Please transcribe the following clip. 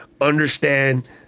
understand